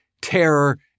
terror